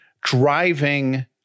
driving